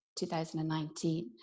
2019